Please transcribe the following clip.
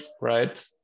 right